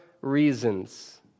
reasons